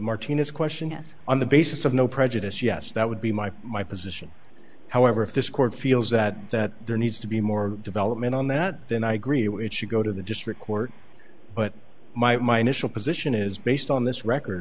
martinez question yes on the basis of no prejudice yes that would be my my position however if this court feels that that there needs to be more development on that then i agree it should go to the district court but my initial position is based on this record